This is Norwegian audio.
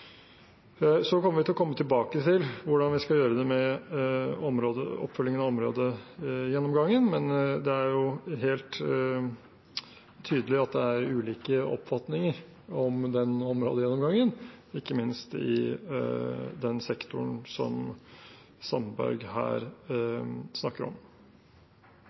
komme tilbake til hvordan vi skal gjøre det med oppfølgingen av områdegjennomgangen, men det er helt tydelig at det er ulike oppfatninger av områdegjennomgangen, ikke minst i den sektoren som Sandberg her snakker om.